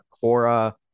Cora